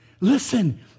Listen